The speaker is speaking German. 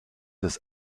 des